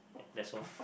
that's all